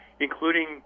including